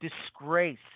disgrace